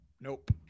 Nope